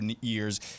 years